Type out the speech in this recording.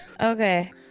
okay